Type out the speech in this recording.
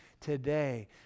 today